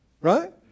Right